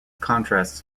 contrasts